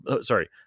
Sorry